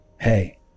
Hey